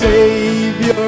Savior